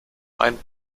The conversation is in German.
ein